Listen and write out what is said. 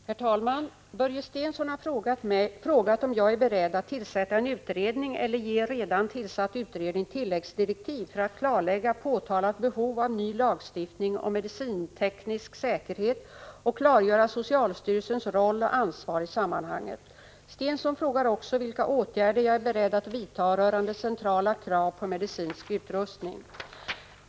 Herr talman! Börje Stensson har frågat om jag är beredd att tillsätta en utredning eller ge redan tillsatt utredning tilläggsdirektiv för att klarlägga påtalat behov av ny lagstiftning om medicinteknisk säkerhet och klargöra socialstyrelsens roll och ansvar i sammanhanget. Stensson frågar också vilka 83 åtgärder jag är beredd att vidta rörande centrala krav på medicinsk utrustning.